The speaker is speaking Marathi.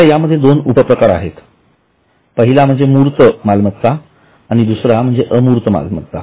आता यामध्ये दोन उपप्रकारआहेत पहिला म्हणजे मूर्त मालमत्ता आणि दुसरा म्हणजे अमूर्त मालमत्ता